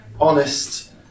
honest